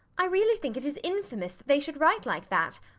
i really think it is infamous that they should write like that.